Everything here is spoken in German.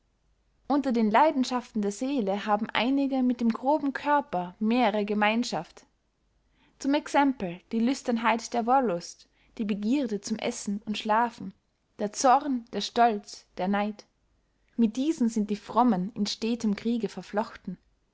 unter den leidenschaften der seele haben einige mit dem groben körper mehrere gemeinschaft zum exempel die lüsternheit der wollust die begierde zum essen und schlafen der zorn der stolz der neid mit diesen sind die frommen in steten kriege verflochten